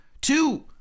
two